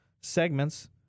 segments